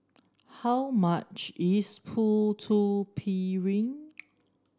how much is Putu Piring